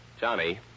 Johnny